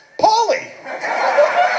Pauly